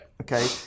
Okay